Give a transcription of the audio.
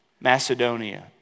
Macedonia